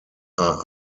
are